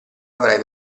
avrai